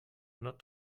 not